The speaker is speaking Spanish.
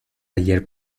ayer